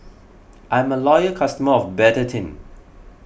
I'm a loyal customer of Betadine